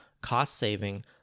cost-saving